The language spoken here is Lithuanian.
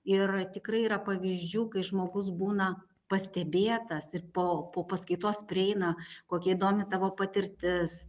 ir tikrai yra pavyzdžių kai žmogus būna pastebėtas ir po po paskaitos prieina kokia įdomi tavo patirtis